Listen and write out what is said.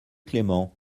clément